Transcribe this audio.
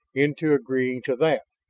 into agreeing to that?